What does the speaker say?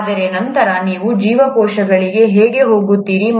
ಆದರೆ ನಂತರ ನೀವು ಜೀವಕೋಶಗಳಿಗೆ ಹೇಗೆ ಹೋಗುತ್ತೀರಿ